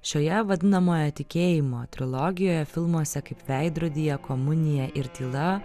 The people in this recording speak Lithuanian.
šioje vadinamoje tikėjimo trilogijoje filmuose kaip veidrodyje komunija ir tyla